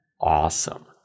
Awesome